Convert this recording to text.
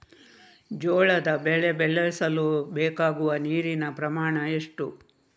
ಜೋಳದ ಬೆಳೆ ಬೆಳೆಸಲು ಬೇಕಾಗುವ ನೀರಿನ ಪ್ರಮಾಣ ಎಷ್ಟು?